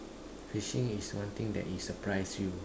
fishing is one that surprise you